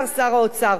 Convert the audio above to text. אמר שר האוצר,